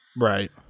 Right